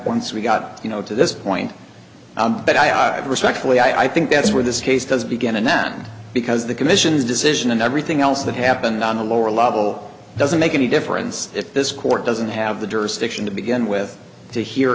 once we got you know to this point but i respectfully i think that's where this case does begin and then because the commission's decision and everything else that happened on a lower level doesn't make any difference if this court doesn't have the jurisdiction to begin with to hear